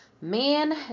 Man